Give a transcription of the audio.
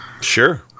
Sure